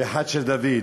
ואחד של דוד.